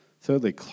Thirdly